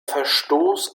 verstoß